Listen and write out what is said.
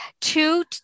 Two